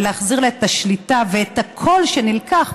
להחזיר לה את השליטה ואת הקול שנלקח.